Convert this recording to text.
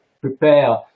prepare